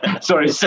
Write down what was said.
Sorry